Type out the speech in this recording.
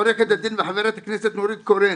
עורכת הדין וחברת הכנסת נורית קורן,